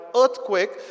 earthquake